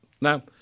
Now